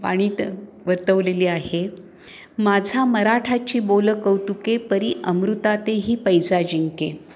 वाणी तर वर्तवलेली आहे माझा मराठाची बोल कौतुके परी अमृतातेही पैजा जिंके